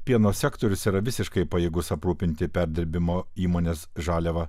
pieno sektorius yra visiškai pajėgus aprūpinti perdirbimo įmonės žaliavą